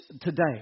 today